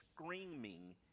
screaming